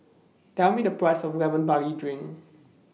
Tell Me The Price of Lemon Barley Drink